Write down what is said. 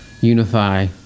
unify